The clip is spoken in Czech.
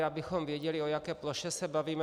Abychom věděli, o jaké ploše se bavíme.